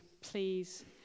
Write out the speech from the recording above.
please